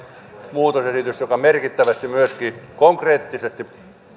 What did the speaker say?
muutosesitys joka merkittävästi myöskin konkreettisesti